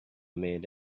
made